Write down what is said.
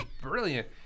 brilliant